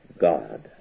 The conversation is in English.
God